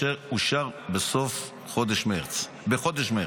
אשר אושר בחודש מרץ.